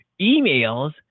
emails